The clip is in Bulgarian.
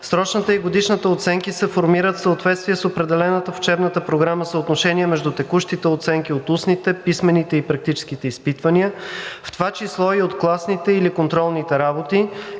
срочната и годишната оценка се формират в съответствие с определеното в учебната програма съотношение между текущите оценки от устните, писмените и практическите изпитвания, в това число и от класните или контролните работи,